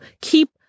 keep